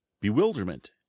bewilderment